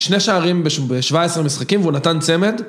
שני שערים בשבע עשרה משחקים והוא נתן צמד